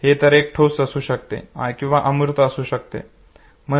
हे एक तर ठोस असू शकते किंवा अमूर्त असू शकते